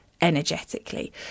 energetically